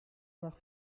nach